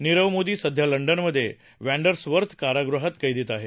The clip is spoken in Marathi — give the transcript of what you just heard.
निरव मोदी सध्या लंडनमध्ये वँडर्सवर्थ कारागृहात कैदेत आहे